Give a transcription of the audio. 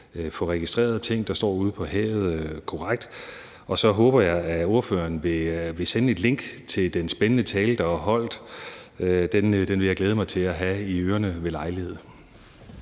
få registreret ting, der står ude på havet, korrekt. Og så håber jeg, at ordføreren vil sende et link til den spændende tale, der blev holdt. Den vil jeg glæde mig til at have i ørerne ved lejlighed.